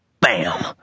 BAM